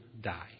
die